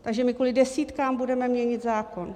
Takže my kvůli desítkám budeme měnit zákon!